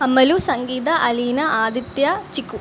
Amalu Sangeetha Aleena Aditya chikoo